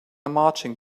marching